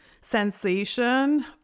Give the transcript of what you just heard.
sensation